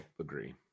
agree